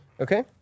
Okay